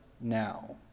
now